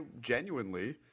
genuinely